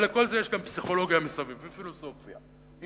ולכל זה יש גם פסיכולוגיה ופילוסופיה מסביב.